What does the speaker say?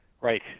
Right